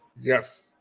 Yes